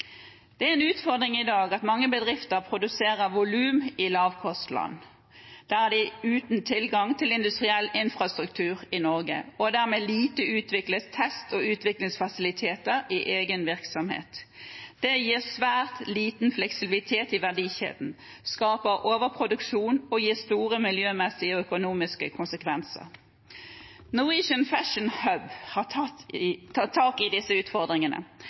Det er en utfordring i dag at mange bedrifter produserer volum i lavkostland, de er uten tilgang til industriell infrastruktur i Norge, og har dermed lite utviklet test- og utviklingsfasiliteter i egen virksomhet. Det gir svært liten fleksibilitet i verdikjeden, skaper overproduksjon og gir store miljømessige og økonomiske konsekvenser. Norwegian Fashion Hub har tatt tak i disse utfordringene.